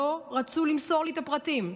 ולא רצו למסור לי את הפרטים.